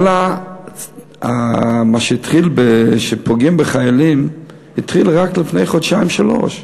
כל מה שפוגעים בחיילים התחיל רק לפני חודשיים-שלושה.